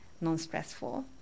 non-stressful